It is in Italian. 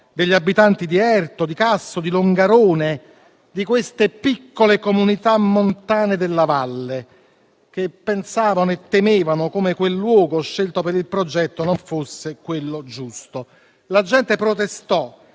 degli abitanti di Erto, di Casso, di Longarone, di queste piccole comunità montane della valle, che pensavano e temevano come quel luogo scelto per il progetto non fosse quello giusto. La gente protestò,